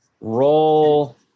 Roll